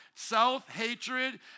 Self-hatred